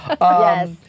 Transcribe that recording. Yes